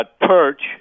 perch